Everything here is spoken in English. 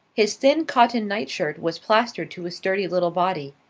his thin cotton night shirt was plastered to his sturdy little body.